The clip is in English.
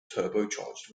turbocharged